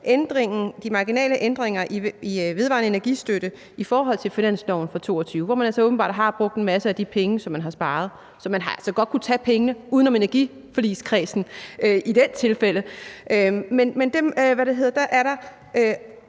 de marginale ændringer i vedvarende energi-støtte i forhold til finansloven for 2022, hvor man altså åbenbart har brugt en masse af de penge, som man har sparet – så man har altså godt kunnet tage pengene uden om energiforligskredsen i det tilfælde – er der